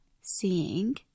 seeing